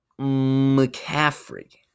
McCaffrey